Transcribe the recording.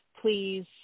please